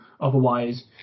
Otherwise